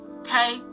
okay